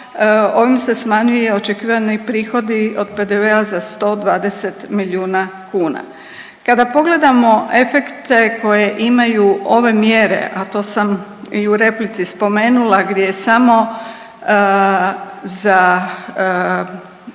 ovim se smanjuje očekivani prihodi od PDV-a od 120 milijuna kuna. Kada pogledamo efekte koje imaju ove mjere, a to sam i u replici spomenula, gdje je samo za